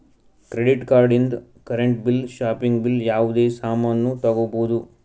credit card ಇಂದ್ current bill shopping bill ಯಾವುದೇ ಸಾಮಾನ್ನೂ ತಗೋಬೋದು